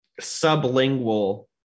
sublingual